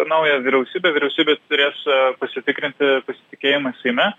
naują vyriausybę vyriausybė turės pasitikrinti pasitikėjimą seime